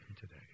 today